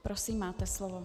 Prosím, máte slovo.